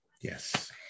Yes